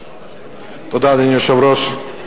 תודה, אדוני היושב-ראש.